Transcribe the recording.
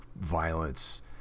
violence